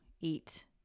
eat